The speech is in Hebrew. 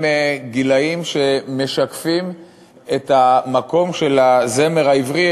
גילאים שמשקפים את המקום של הזמר העברי,